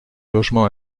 logement